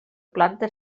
planta